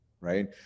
Right